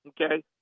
okay